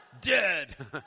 dead